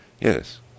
yes